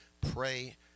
pray